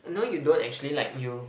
no you don't actually like you